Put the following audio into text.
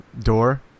door